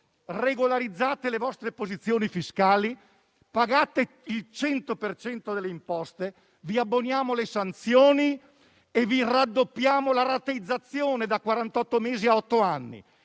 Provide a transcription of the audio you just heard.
«Regolarizzate le vostre posizioni fiscali, pagate il 100 per cento delle imposte e vi abboniamo le sanzioni e vi raddoppiamo la rateizzazione da 48 mesi a 8 anni».